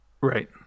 Right